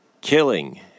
Killing